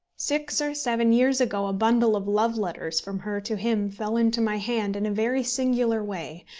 six or seven years ago a bundle of love-letters from her to him fell into my hand in a very singular way,